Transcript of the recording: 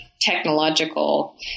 technological